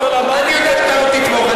אתה לא תתמוך,